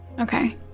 Okay